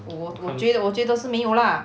我我我觉得我觉得是没有 lah